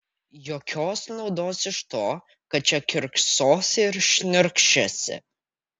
jokios naudos iš to kad čia kiurksosi ir šniurkščiosi